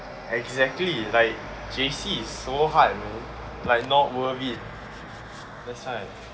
exactly like J_C is so hard like not worth it that's why